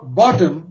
bottom